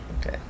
Okay